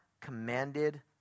commanded